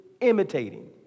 imitating